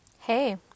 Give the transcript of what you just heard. Hey